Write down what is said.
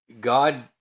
god